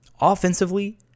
Offensively